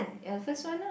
ya first one ah